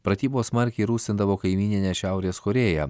pratybos smarkiai rūstindavo kaimyninę šiaurės korėją